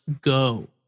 go